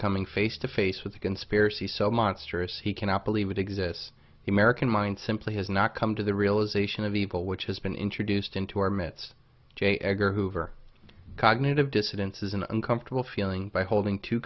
coming face to face with a conspiracy so monstrous he cannot believe it exists the american mind simply has not come to the realization of the evil which has been introduced into our mitts j edgar hoover cognitive dissidence is an uncomfortable feeling by holding two